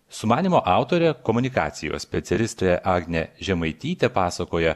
sumanymo autorė komunikacijos specialistė agnė žemaitytė pasakoja